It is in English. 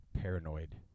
paranoid